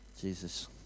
Jesus